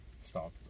stop